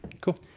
cool